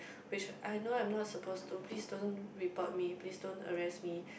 which I know I'm not suppose to please don't report me please don't arrest me